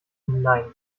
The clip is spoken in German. nein